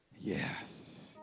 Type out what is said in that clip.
yes